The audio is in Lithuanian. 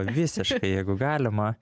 visiškai jeigu galima